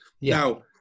Now